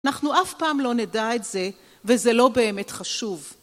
אנחנו אף פעם לא נדע את זה, וזה לא באמת חשוב.